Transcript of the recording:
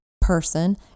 person